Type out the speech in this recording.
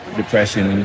depression